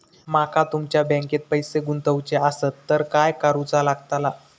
माका तुमच्या बँकेत पैसे गुंतवूचे आसत तर काय कारुचा लगतला?